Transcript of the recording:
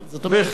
בהחלט.